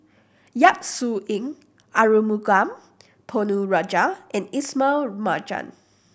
Yap Su Yin Arumugam Ponnu Rajah and Ismail Marjan